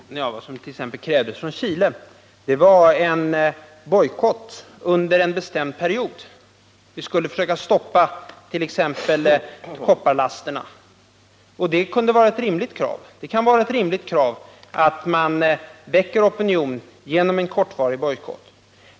Herr talman! Ja, vad som t.ex. krävdes från Chile var en bojkott under en bestämd period. Vi skulle försöka stoppa exempelvis kopparlasterna. Och det kan vara ett rimligt krav att man väcker opinion genom kortvarig bojkott.